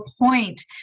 point